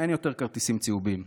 אין יותר כרטיסים צהובים.